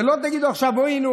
זה לא שתגידו עכשיו: הינה,